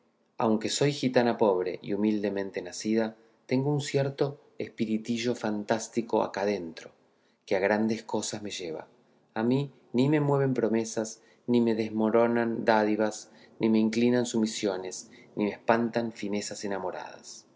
aunque soy gitana pobre y humildemente nacida tengo un cierto espiritillo fantástico acá dentro que a grandes cosas me lleva a mí ni me mueven promesas ni me desmoronan dádivas ni me inclinan sumisiones ni me espantan finezas enamoradas